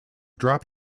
drop